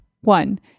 One